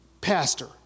pastor